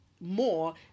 more